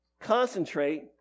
concentrate